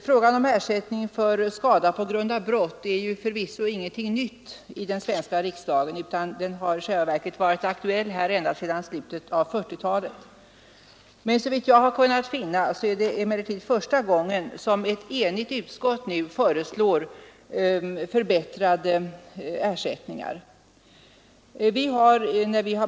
Frågan om ersättning för skada på grund av brott är förvisso inte ny i den svenska riksdagen, utan den har i själva verket varit aktuell här ända sedan slutet av 1940-talet. Såvitt jag har kunnat finna är det emellertid första gången som ett enigt utskott nu föreslår förbättrade ersättningar.